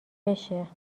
بشه